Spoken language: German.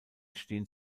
stehen